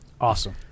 Awesome